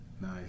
Nice